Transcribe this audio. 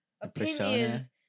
opinions